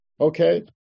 Okay